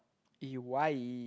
eh why